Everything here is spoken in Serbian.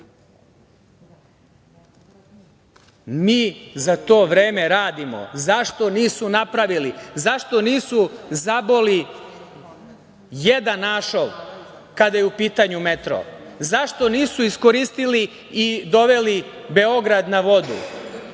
mi za to vreme radimo. Zašto nisu napravili? Zašto nisu zaboli jedan ašov kada je u pitanju metro? Zašto nisu iskoristili i doveli Beograd na vodu?